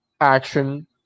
action